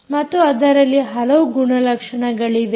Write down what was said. ಮತ್ತು ಅದರಲ್ಲಿ ಹಲವು ಗುಣಲಕ್ಷಣಗಳಿವೆ